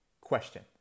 Question